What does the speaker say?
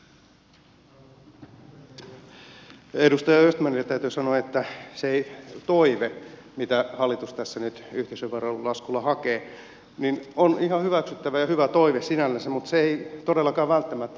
edustaja östmanille täytyy sanoa että se toive mitä hallitus tässä nyt yhteisöveron laskulla hakee on ihan hyväksyttävä ja hyvä toive sinällänsä mutta se ei todellakaan välttämättä johda siihen